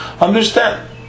understand